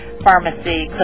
pharmacy